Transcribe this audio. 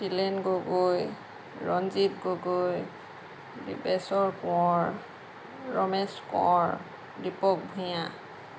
Tilen Gogoi Ranjit Gogoi Dibeswar Konwar Ramesh Konwar Dipak Bhuyan